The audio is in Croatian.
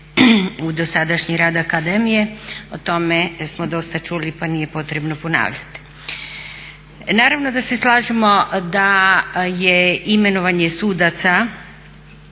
u dosadašnji rad akademije. O tome smo dosta čuli pa nije potrebno ponavljati. Naravno da se slažemo da je imenovanje sudaca,